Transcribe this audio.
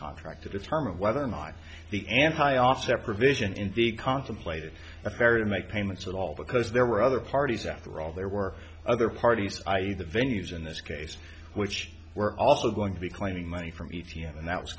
contract to determine whether or not the anti offset provision in the consul played a fair to make payments at all because there were other parties after all there were other parties i e the venue's in this case which were also going to be claiming money from e t s and that was